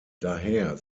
daher